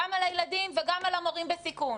גם על הילדים וגם על המורים בסיכון.